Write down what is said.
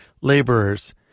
laborers